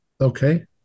Okay